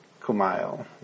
Kumail